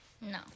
No